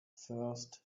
first